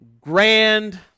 grand